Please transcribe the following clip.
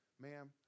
ma'am